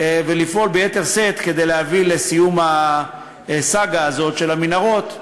ולפעול ביתר שאת כדי להביא לסיום הסאגה הזו של המנהרות.